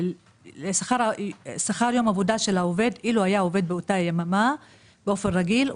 שכר יום עבודה של העובד אילו היה עובד באותה יממה באופן רגיל,